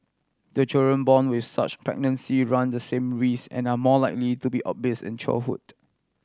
the children born with such pregnancy run the same risk and are more likely to be obese in childhood